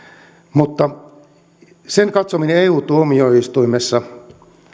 mutta sen katsominen eu tuomioistuimessa